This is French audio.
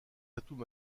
atouts